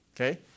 Okay